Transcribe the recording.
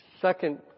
second